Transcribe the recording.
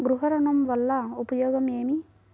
గృహ ఋణం వల్ల ఉపయోగం ఏమి?